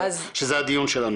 שזה הדיון שלנו.